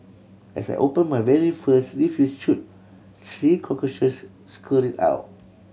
as I opened my very first refuse chute three cockroaches scurried out